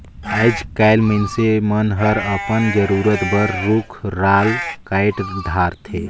आयज कायल मइनसे मन हर अपन जरूरत बर रुख राल कायट धारथे